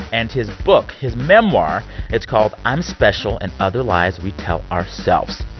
and his book, his memoir it's called i'm special and other lies we tell ourselves.